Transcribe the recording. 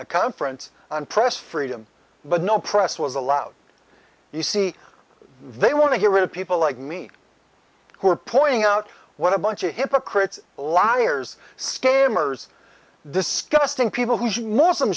a conference on press freedom but no press was allowed you see they want to get rid of people like me who are pointing out what a bunch of hypocrites liars scammers discussing people who she